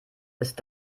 ist